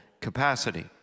capacity